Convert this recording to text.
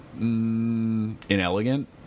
inelegant